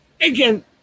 again